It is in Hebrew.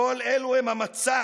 כל אלו הם המצע